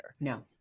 No